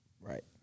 Right